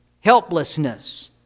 Helplessness